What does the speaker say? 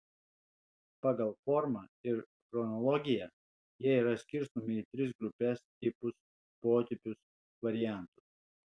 pagal formą ir chronologiją jie yra skirstomi į tris grupes tipus potipius variantus